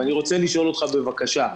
ואני רוצה לשאול אותך, בבקשה.